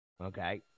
okay